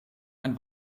ein